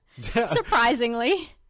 surprisingly